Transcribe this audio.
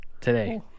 Today